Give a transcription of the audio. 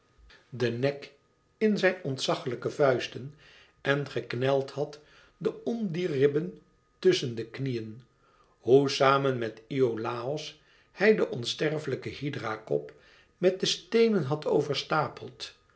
den nek in zijn ontzaglijke vuisten en gekneld had de ondierribben tusschen de knieën hoe samen met iolàos hij den onsterflijken hydra kop met de steenen had overstapeld